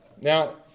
Now